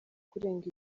kurenga